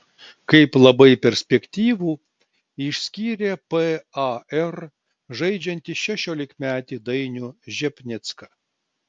kaip labai perspektyvų išskyrė par žaidžiantį šešiolikmetį dainių žepnicką